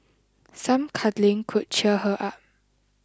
some cuddling could cheer her up